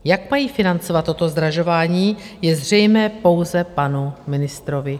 Jak mají financovat toto zdražování, je zřejmé pouze panu ministrovi Jurečkovi.